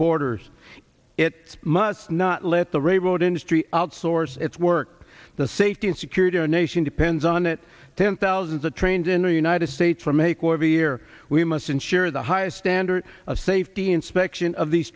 borders it must not let the railroad industry outsource its work the safety and security our nation depends on it ten thousands of trains in the united states from a quote here we must ensure the highest standards of safety inspection of these